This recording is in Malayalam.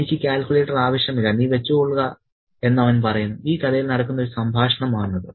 എനിക്ക് ഈ കാൽക്കുലേറ്റർ ആവശ്യമില്ല നീ വെച്ചുകൊൾക എന്ന് അവൻ പറയുന്നു ഈ കഥയിൽ നടക്കുന്ന ഒരു സംഭാഷണമാണ് അത്